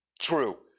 true